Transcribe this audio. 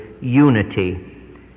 unity